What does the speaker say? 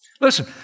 Listen